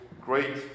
great